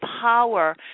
power